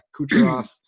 Kucherov